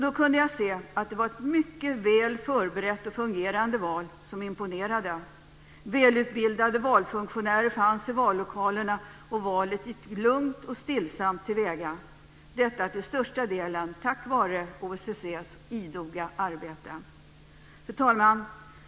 Då kunde jag se att det var ett mycket väl förberett och fungerande val som imponerade. Välutbildade valfunktionärer fanns i vallokalerna, och valet gick lugnt och stillsamt till väga. Detta till största delen tack vare OSSE:s idoga arbete. Fru talman!